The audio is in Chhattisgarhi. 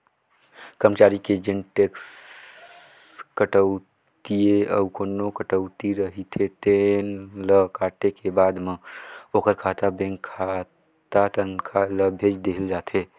करमचारी के जेन टेक्स कटउतीए अउ कोना कटउती रहिथे तेन ल काटे के बाद म ओखर खाता बेंक खाता तनखा ल भेज देहल जाथे